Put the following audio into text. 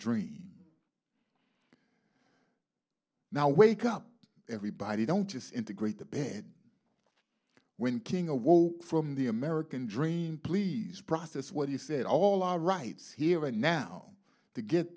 dream now wake up everybody don't just integrate the bed when king awoke from the american dream please process what he said all our rights here and now to get